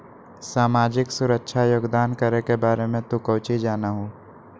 सामाजिक सुरक्षा योगदान करे के बारे में तू काउची जाना हुँ?